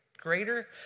greater